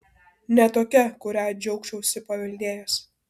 ne tokia kurią džiaugčiausi paveldėjęs